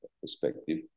perspective